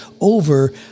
over